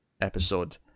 episode